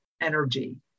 energy